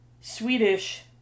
Swedish